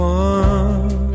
one